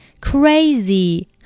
Crazy